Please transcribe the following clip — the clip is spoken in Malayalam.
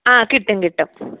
ആ കിട്ടും കിട്ടും